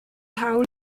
hawl